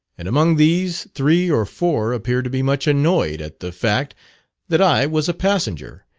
and among these, three or four appeared to be much annoyed at the fact that i was a passenger,